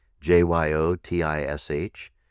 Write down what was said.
j-y-o-t-i-s-h